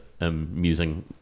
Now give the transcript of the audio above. amusing